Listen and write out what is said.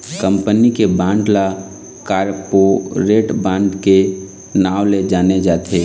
company के bond ल corporate bond के नांव ले जाने जाथे